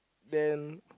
then